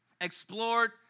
explored